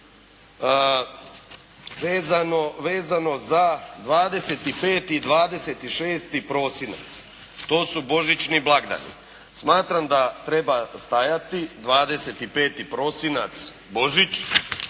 vezano za 25. i 26. prosinac. To su božićni blagdani. Smatram da treba stajati 25. prosinac Božić,